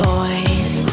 Boys